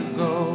go